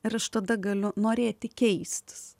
ir aš tada galiu norėti keistis